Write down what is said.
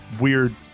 weird